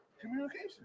communication